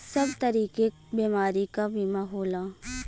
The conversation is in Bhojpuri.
सब तरीके क बीमारी क बीमा होला